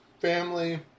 family